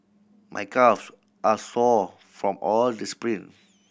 my calves are sore from all the sprint